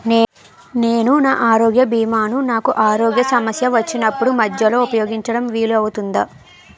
నేను నా ఆరోగ్య భీమా ను నాకు ఆరోగ్య సమస్య వచ్చినప్పుడు మధ్యలో ఉపయోగించడం వీలు అవుతుందా?